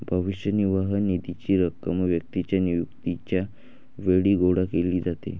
भविष्य निर्वाह निधीची रक्कम व्यक्तीच्या निवृत्तीच्या वेळी गोळा केली जाते